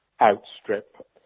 outstrip